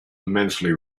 immensely